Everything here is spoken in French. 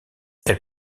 elle